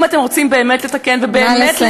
אם אתם רוצים באמת לתקן ובאמת,